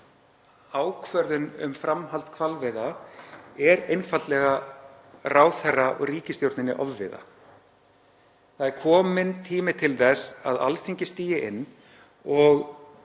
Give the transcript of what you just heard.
ákvörðun um framhald hvalveiða er einfaldlega ráðherra og ríkisstjórninni ofviða. Það er kominn tími til þess að Alþingi stígi inn og